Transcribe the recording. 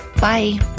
Bye